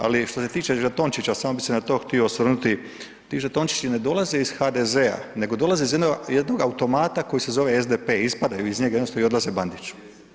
Ali što se tiče žetončića, samo bi se na to htio osvrnuti, ti žetončići ne dolaze iz HDZ-a, nego dolaze iz jednog automata koji se zove SDP, ispadaju iz njega i jednostavno odlaze Bandiću.